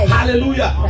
Hallelujah